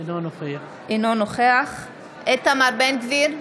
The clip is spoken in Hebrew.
אינו נוכח איתמר בן גביר,